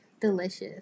delicious